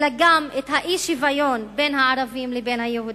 אלא גם את האי-שוויון בין הערבים לבין היהודים.